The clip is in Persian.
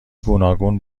گوناگون